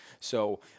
So-